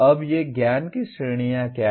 अब ये ज्ञान की श्रेणियां क्या हैं